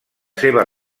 seva